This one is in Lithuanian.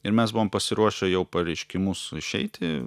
ir mes buvom pasiruošę jau pareiškimus išeiti